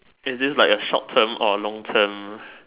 is this like a short term or a long term